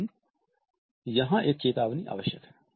लेकिन यहाँ एक चेतावनी आवश्यक है